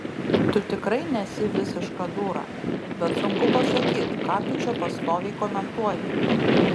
tu tikrai nesi visiška dūra bet sunku pasakyt ką tu čia pastoviai komentuoji